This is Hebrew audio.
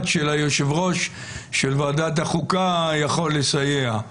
של היושב-ראש של ועדת החוקה יכול לסייע.